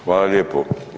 Hvala lijepo.